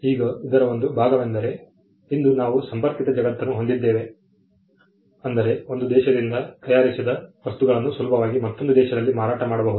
ಈಗ ಇದರ ಒಂದು ಭಾಗವೆಂದರೆ ಇಂದು ನಾವು ಸಂಪರ್ಕಿತ ಜಗತ್ತನ್ನು ಹೊಂದಿದ್ದೇವೆ ಅಂದರೆ ಒಂದು ದೇಶದಿಂದ ತಯಾರಿಸಿದ ವಸ್ತುಗಳನ್ನು ಸುಲಭವಾಗಿ ಮತ್ತೊಂದು ದೇಶದಲ್ಲಿ ಮಾರಾಟ ಮಾಡಬಹುದು